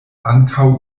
ankaŭ